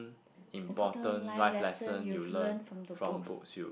important life lesson you've learnt from the books